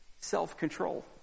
self-control